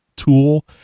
tool